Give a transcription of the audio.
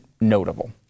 notable